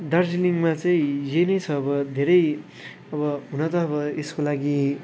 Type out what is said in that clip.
दार्जिलिङमा चाहिँ यही नै छ अब धेरै अब हुन त अब यसको लागि